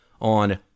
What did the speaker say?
on